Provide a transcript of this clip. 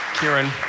Kieran